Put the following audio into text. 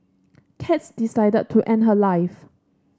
cats decided to end her life